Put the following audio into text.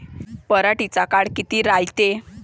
पराटीचा काळ किती रायते?